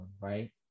right